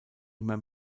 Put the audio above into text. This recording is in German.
immer